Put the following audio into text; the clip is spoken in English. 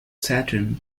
saturn